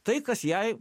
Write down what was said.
tai kas jai